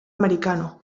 americano